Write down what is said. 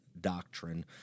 Doctrine